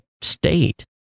state